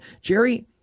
jerry